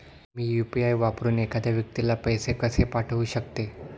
मी UPI वापरून एखाद्या व्यक्तीला पैसे कसे पाठवू शकते?